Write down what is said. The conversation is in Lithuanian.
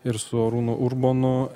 ir su arūnu urbonu